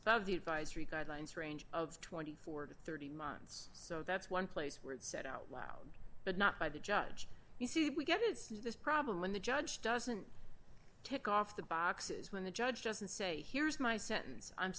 above the advisory guidelines range of twenty four to thirty months so that's one place where it said out loud but not by the judge you see we get it's this problem when the judge doesn't take off the boxes when the judge doesn't say here's my sentence i'm